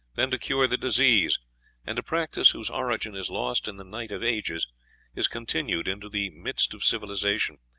then to cure the disease and a practice whose origin is lost in the night of ages is continued into the midst of civilization,